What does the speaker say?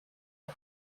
nom